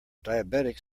diabetics